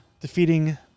defeating